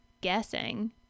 guessing